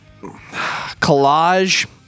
collage